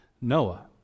Noah